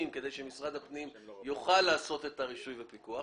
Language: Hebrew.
כדי שמשרד הפנים יוכל לעשות את הרישוי והפיקוח,